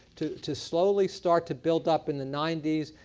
to to slowly start to build up in the ninety s,